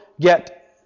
get